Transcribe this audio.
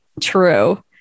true